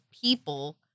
people